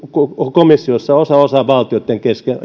komissiossa jäsenvaltioitten